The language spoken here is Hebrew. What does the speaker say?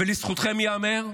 ולזכותכם ייאמר,